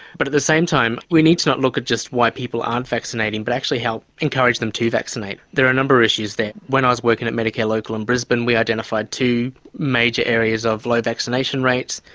but at the same time we need to not look at just why people aren't vaccinating but actually help encourage them to vaccinate. there are a number of issues there. when i was working at medicare local in brisbane, we identified two major areas of low vaccination rates.